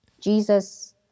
jesus